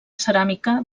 ceràmica